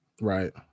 Right